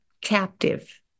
captive